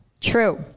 True